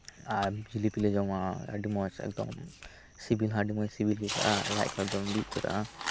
ᱟᱨ ᱡᱤᱞᱤᱯᱤᱞᱮ ᱡᱚᱢᱟ ᱟᱹᱰᱤ ᱢᱚᱪ ᱮᱠᱫᱚᱢ ᱥᱤᱵᱤᱞ ᱦᱚ ᱟᱹᱰᱤ ᱢᱚᱸᱡᱽ ᱥᱤᱵᱤᱞ ᱜᱮ ᱟᱹᱭᱠᱟᱹᱜᱼᱟ ᱞᱟᱡᱽ ᱠᱚ ᱮᱠᱫᱚᱢ ᱵᱤ ᱩᱛᱟᱹᱨᱚᱜᱼᱟ